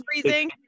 freezing